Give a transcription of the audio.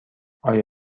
آیا